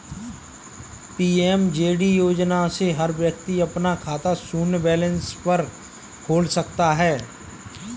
PMJD योजना से हर व्यक्ति अपना खाता शून्य बैलेंस पर खोल सकता है